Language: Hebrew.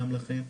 גם לכם,